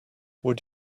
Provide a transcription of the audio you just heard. would